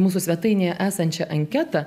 mūsų svetainėje esančią anketą